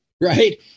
Right